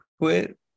quit